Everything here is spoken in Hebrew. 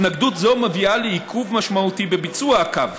התנגדות זו מביאה לעיכוב משמעותי בביצוע הקו,